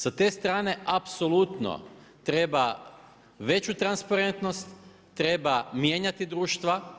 Sa te strane apsolutno treba veću transparentnost, treba mijenjati društva.